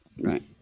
Right